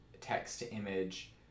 text-to-image